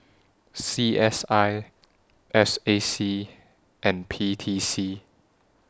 C S I S A C and P T C